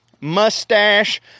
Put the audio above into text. Mustache